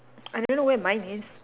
I don't know where mine is